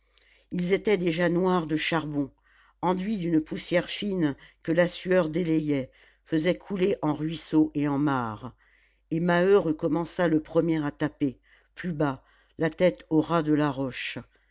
ils étaient déjà noirs de charbon enduits d'une poussière fine que la sueur délayait faisait couler en ruisseaux et en mares et maheu recommença le premier à taper plus bas la tête au ras de la roche